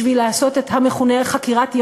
בשביל לעשות את המכונה "חקירת יכולת"